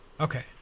Okay